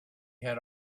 had